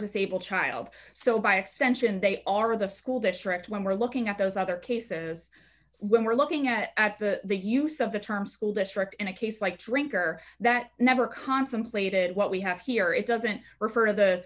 disabled child so by extension they are of the school district when we're looking at those other cases when we're looking at the use of the term school district in a case like drinker that never contemplated what we have here it doesn't refer t